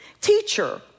teacher